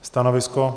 Stanovisko?